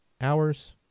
hours